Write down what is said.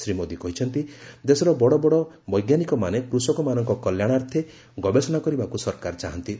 ଶ୍ରୀ ମୋଦି କହିଛନ୍ତି ଦେଶର ବଡ ବଡ ବୈଜ୍ଞାନିକମାନେ କୃଷକମାନଙ୍କ କଲ୍ୟାଣାର୍ଥେ ଗବେଷଣା କରିବାକୁ ସରକାର ଚାହାନ୍ତି